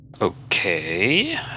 Okay